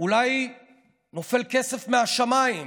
נופל כסף מהשמיים.